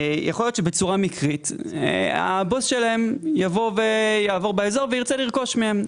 יכול להיות שבצורה מקרית הבוס שלהם יעבור באזור וירצה לרכוש מהם.